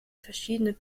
verschiedene